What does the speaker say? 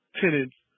tenants